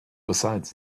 besides